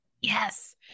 Yes